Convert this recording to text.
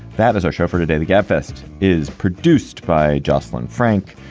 that is our show for today. the gabfest is produced by jocelyn frank.